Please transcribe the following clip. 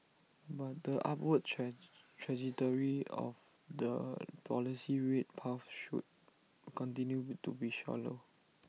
but the upward trajectory of the policy rate path should continue to be shallow